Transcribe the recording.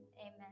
amen